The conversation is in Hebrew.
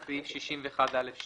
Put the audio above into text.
סעיף 61א2,